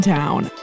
town